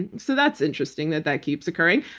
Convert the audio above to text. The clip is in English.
and so that's interesting that that keeps occurring.